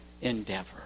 endeavor